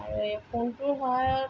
আৰু এই ফোনটোৰ সহায়ত